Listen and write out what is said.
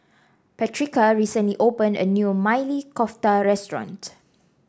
Patrica recently opened a new Maili Kofta Restaurant